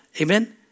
amen